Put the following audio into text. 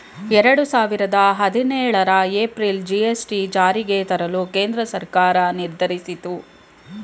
ಎರಡು ಸಾವಿರದ ಹದಿನೇಳರ ಏಪ್ರಿಲ್ ಜಿ.ಎಸ್.ಟಿ ಜಾರಿಗೆ ತರಲು ಕೇಂದ್ರ ಸರ್ಕಾರ ನಿರ್ಧರಿಸಿತು